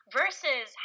versus